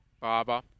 Barber